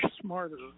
smarter